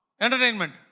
Entertainment